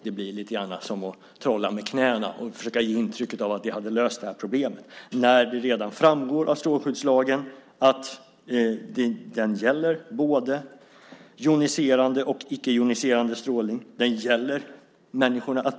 Det blir lite grann som att trolla med knäna att försöka ge intrycket att vi har löst problemet när det redan framgår av strålskyddslagen att den gäller både joniserande och icke-joniserande strålning.